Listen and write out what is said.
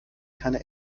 keine